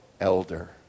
elder